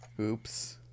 Oops